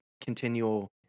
continual